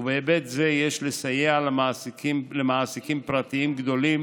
ובהיבט זה יש לסייע למעסיקים פרטיים גדולים